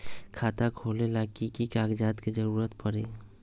खाता खोले ला कि कि कागजात के जरूरत परी?